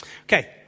Okay